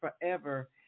forever